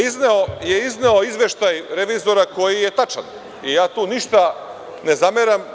Izneo je izveštaj revizora koji je tačan i ja tu ništa ne zameram.